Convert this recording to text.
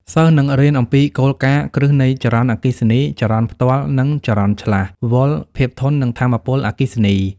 សិស្សនឹងរៀនអំពីគោលការណ៍គ្រឹះនៃចរន្តអគ្គិសនី ចរន្តផ្ទាល់ និងចរន្តឆ្លាស់ វ៉ុល ភាពធន់ និងថាមពលអគ្គិសនី។